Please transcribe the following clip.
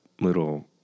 little